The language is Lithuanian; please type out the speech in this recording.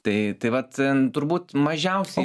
tai tai vat turbūt mažiausiai